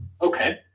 Okay